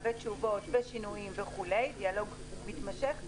תשובות ושינויים דיאלוג מתמשך.